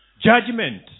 judgment